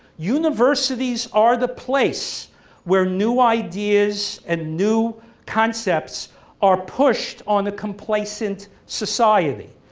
universities are the place where new ideas and new concepts are pushed on a complacent society,